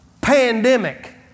pandemic